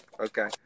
Okay